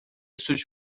suç